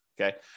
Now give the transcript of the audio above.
Okay